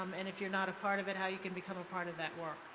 um and if you are not a part of it, how you can become a part of that work.